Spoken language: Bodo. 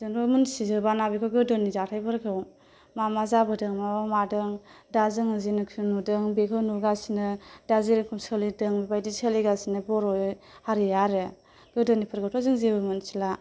जोंथ' मोन्थिजोबाना बेफोर गोदोनि जाथायफोरखौ मा मा जाबोदों मा मा मादों दा जों जेनोखि नुदों बेखौ नुगासिनो दा जिरोखोम सोलिदों बेबायदि सोलिगासिनो बर'यै हारिया आरो गोदोनिफोरखौथ' जों जेबो मोन्थिला